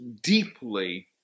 deeply